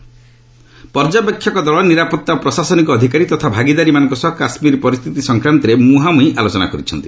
ଏହି ପର୍ଯ୍ୟବେକ୍ଷକ ଦଳ ନିରାପତ୍ତା ଓ ପ୍ରଶାସନିକ ଅଧିକାରୀ ତଥା ଭାଗିଦାରୀମାନଙ୍କ ସହ କାଶ୍ମୀର ପରିସ୍ଥିତି ସଂକ୍ରାନ୍ତରେ ମୁହାଁମୁହିଁ ଆଲୋଚନା କରିଛନ୍ତି